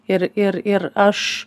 ir ir ir aš